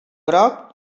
groc